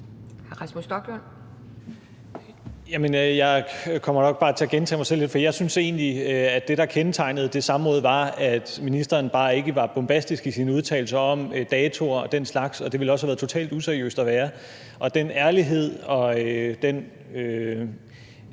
Jeg kommer nok bare til at gentage mig selv lidt, for jeg synes egentlig, at det, der kendetegnede det samråd, var, at ministeren bare ikke var bombastisk i sine udtalelser om datoer og den slags. Det ville også have været totalt useriøst at være. Den ærlighed og den,